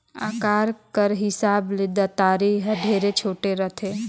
अकार कर हिसाब ले दँतारी हर ढेरे छोटे रहथे